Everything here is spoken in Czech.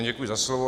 Děkuji za slovo.